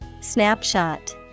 Snapshot